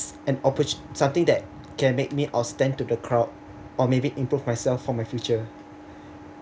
an opportu~ something that can make me outstand to the crowd or maybe improve myself for my future